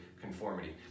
conformity